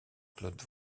claude